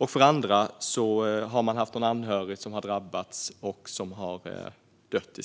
En del har i sin närhet haft någon anhörig som drabbats och dött.